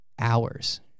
Hours